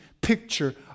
picture